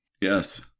Yes